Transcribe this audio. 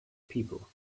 people